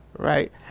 Right